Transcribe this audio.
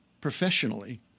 professionally